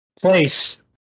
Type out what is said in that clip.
Place